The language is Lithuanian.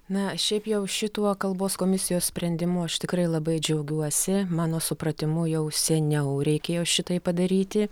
na šiaip jau šituo kalbos komisijos sprendimu aš tikrai labai džiaugiuosi mano supratimu jau seniau reikėjo šitai padaryti